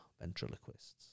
ventriloquists